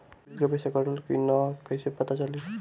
Bill के पइसा कटल कि न कइसे पता चलि?